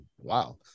Wow